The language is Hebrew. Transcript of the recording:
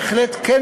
בהחלט כן,